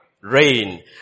rain